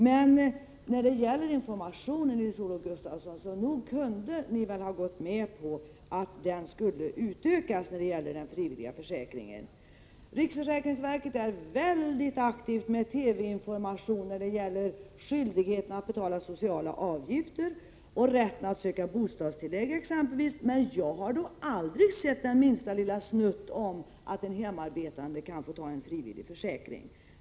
Men beträffande informationen om den frivilliga försäkringen, Nils-Olof Gustafsson, kunde ni väl ha gått med på att den skulle utökas. Riksförsäkringsverket är väldigt aktivt med information i TV om skyldigheten att betala sociala avgifter och exempelvis rätten att söka bostadstillägg, men jag har då aldrig sett den minsta lilla snutt om att den hemarbetande kan få teckna frivillig försäkring.